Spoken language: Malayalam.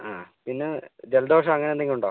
ആ പിന്നെ ജലദോഷം അങ്ങനെ എന്തെങ്കിലും ഉണ്ടോ